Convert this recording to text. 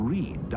Read